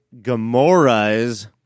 Gamora's